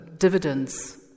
dividends